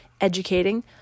educating